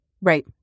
Right